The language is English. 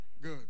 good